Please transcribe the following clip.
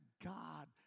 God